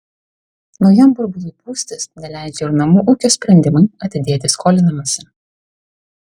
naujam burbului pūstis neleidžia ir namų ūkio sprendimai atidėti skolinimąsi